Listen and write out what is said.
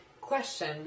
question